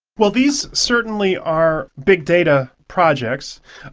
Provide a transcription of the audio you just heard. well, these certainly are big data projects,